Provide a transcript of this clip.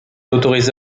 autorisée